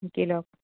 শিকি লওক